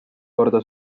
korda